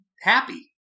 happy